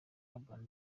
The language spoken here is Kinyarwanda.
urban